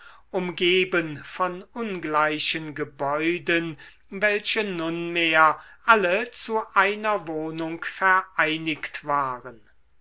umgeben von ungleichen gebäuden welche nunmehr alle zu einer wohnung vereinigt waren